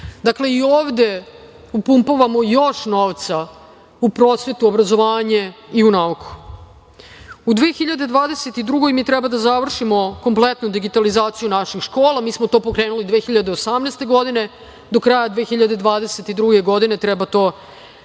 Dakle, i ovde upumpavamo još novca u prosvetu, obrazovanje i u nauku.U 2022. godini mi treba da završimo kompletnu digitalizaciju naših škola. Mi smo to pokrenuli 2018. godine. Do kraja 2022. godine treba to da